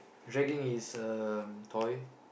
dragging his um toy